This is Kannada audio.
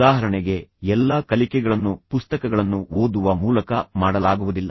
ಉದಾಹರಣೆಗೆ ಎಲ್ಲಾ ಕಲಿಕೆಗಳನ್ನು ಪುಸ್ತಕಗಳನ್ನು ಓದುವ ಮೂಲಕ ಮಾಡಲಾಗುವುದಿಲ್ಲ